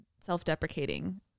self-deprecating